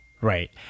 Right